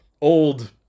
old